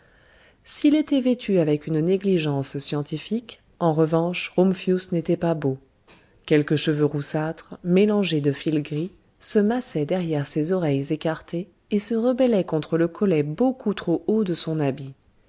s'il était vêtu avec une négligence scientifique en revanche rumphius n'était pas beau quelques cheveux roussâtres mélangés de fils gris se massaient derrière ses oreilles écartées et se rebellaient contre le collet beaucoup trop haut de son habit